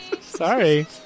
Sorry